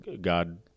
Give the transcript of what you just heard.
God—